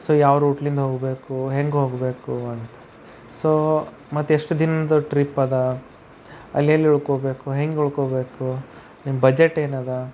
so ಯಾವ ರೂಟ್ಲಿಂದ ಹೋಗಬೇಕು ಹೇಗೆ ಹೋಗಬೇಕು ಅಂತ ಸೊ ಮತ್ತೆ ಎಷ್ಟು ದಿನದ ಟ್ರಿಪ್ಪದಾ ಅಲ್ಲಿ ಎಲ್ಲಿ ಉಳ್ಕೋಬೇಕು ಹೇಗೆ ಉಳ್ಕೋಬೇಕು ನಿಮ್ಮ ಬಜೆಟ್ ಏನಿದೆ